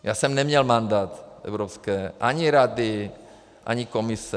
Já jsem neměl mandát evropské ani Rady, ani Komise.